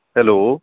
hello